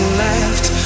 left